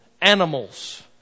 animals